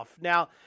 Now